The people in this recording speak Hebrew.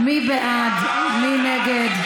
מילה של נבחר ציבור.